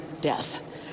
death